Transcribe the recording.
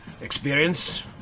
experience